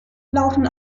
laufen